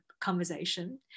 conversation